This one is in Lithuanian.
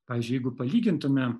pavyzdžiui jeigu palygintume